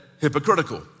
hypocritical